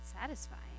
satisfying